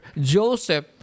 joseph